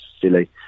silly